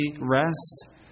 rest